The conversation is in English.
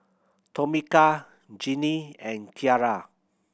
Tomika Gennie and Kiarra